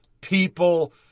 people